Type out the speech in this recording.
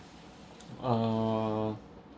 err